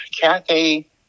Kathy